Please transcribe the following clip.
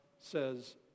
says